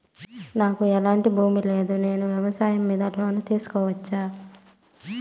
నాకు ఎట్లాంటి భూమి లేదు నేను వ్యాపారం మీద లోను తీసుకోవచ్చా?